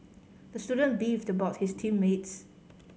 the student beefed about his team mates